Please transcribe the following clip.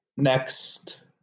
Next